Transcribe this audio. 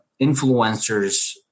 influencers